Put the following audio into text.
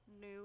new